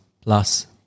plus